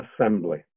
assembly